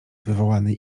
wywołanej